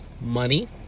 Money